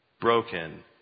broken